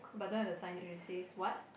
but don't have the sign that really says what